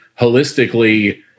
holistically